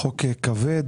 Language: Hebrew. חוק כבד,